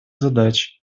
задач